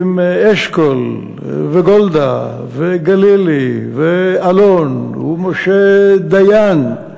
עם אשכול, וגולדה, וגלילי, ואלון, ומשה דיין,